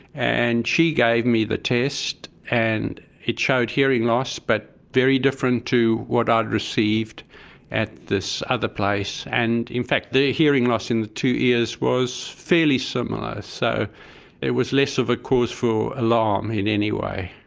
and she gave me the test and it showed hearing loss, but very different to what i'd received at this other place, and in fact the hearing loss in the two ears was fairly similar, so it was less of a cause for alarm, in any way.